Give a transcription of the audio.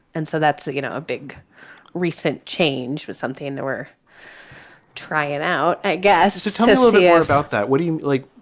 and so that's a you know, a big recent change for something that we're try it out, i guess. to tell us more about that what do you like?